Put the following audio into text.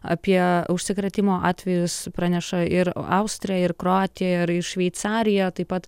apie užsikrėtimo atvejus praneša ir austrija ir kroatija ir šveicarija taip pat